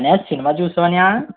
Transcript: అన్నయ్య సినిమా చూసావా అన్నయ్య